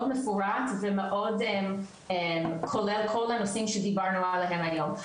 מפורט ומאוד כולל כל הנושאים שדיברנו עליהם היום,